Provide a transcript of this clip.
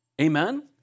Amen